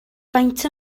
faint